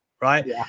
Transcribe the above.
right